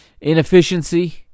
Inefficiency